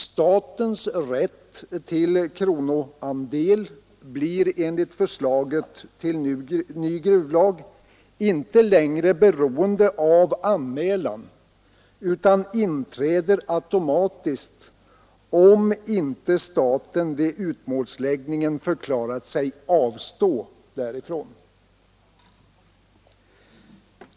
Statens rätt till kronoandel blir enligt förslaget till ny gruvlag inte längre beroende av anmälan utan inträder automatiskt om inte staten vid utmålsläggningen förklarat sig avstå därifrån.